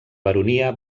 baronia